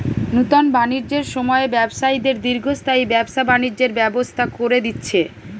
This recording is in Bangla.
নুতন বাণিজ্যের সময়ে ব্যবসায়ীদের দীর্ঘস্থায়ী ব্যবসা বাণিজ্যের ব্যবস্থা কোরে দিচ্ছে